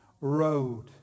road